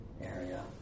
area